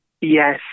Yes